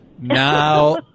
now